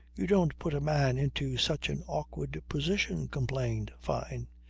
you don't put a man into such an awkward position, complained fyne.